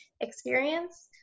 experience